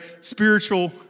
spiritual